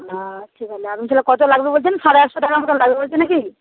ঠিক আছে আপনি তাহলে কত লাগবে বলছেন সাড়ে আটশো টাকার মতোন লাগবে বলছেন নাকি